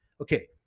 Okay